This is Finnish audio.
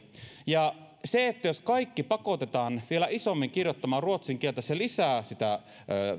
ja jos kaikki pakotetaan vielä isommin kirjoittamaan ruotsin kieltä niin se lisää sitä